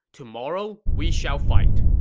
tomorrow, we shall fight.